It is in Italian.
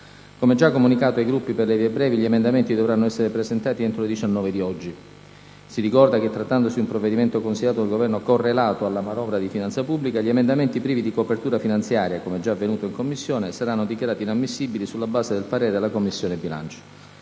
Come già comunicato ai Gruppi per le vie brevi gli emendamenti dovranno essere presentati entro le ore 19 di oggi. Si ricorda che, trattandosi di un provvedimento considerato dal Governo "correlato" alla manovra di finanza pubblica, gli emendamenti privi di copertura finanziaria - come già avvenuto in Commissione - saranno dichiarati inammissibili sulla base del parere della Commissione bilancio.